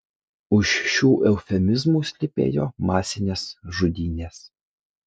už šių eufemizmų slypėjo masinės žudynės